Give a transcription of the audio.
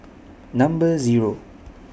Number Zero